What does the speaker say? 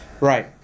Right